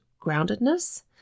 groundedness